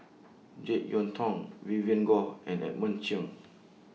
Jek Yeun Thong Vivien Goh and Edmund Cheng